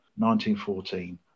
1914